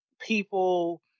people